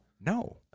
No